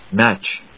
match